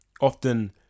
Often